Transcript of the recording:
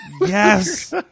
Yes